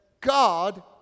God